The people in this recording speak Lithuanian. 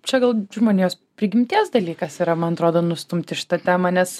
čia gal žmonijos prigimties dalykas yra man atrodo nustumti šitą temą nes